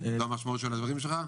זאת המשמעות של הדברים שלך?